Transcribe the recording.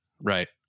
Right